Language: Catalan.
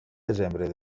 desembre